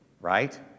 Right